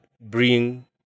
bring